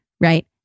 right